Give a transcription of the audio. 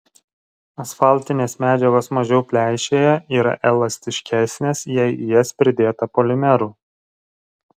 asfaltinės medžiagos mažiau pleišėja yra elastiškesnės jei į jas pridėta polimerų